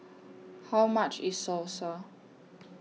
How much IS Salsa